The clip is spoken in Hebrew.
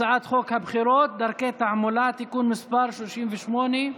הצעת חוק הבחירות (דרכי תעמולה) (תיקון מס' 38),